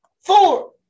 Four